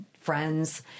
friends